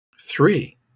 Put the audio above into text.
Three